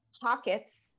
pockets